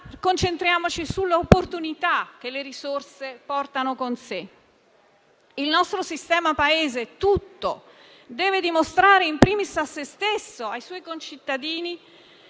concentriamoci sulle opportunità che le risorse portano con sé. Il nostro sistema Paese tutto deve dimostrare, *in primis* a se stesso, ai suoi concittadini